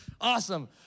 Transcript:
awesome